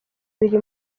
biri